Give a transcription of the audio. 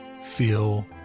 feel